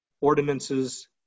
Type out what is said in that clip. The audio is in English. ordinances